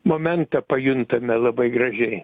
momentą pajuntame labai gražiai